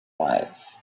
life